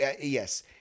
yes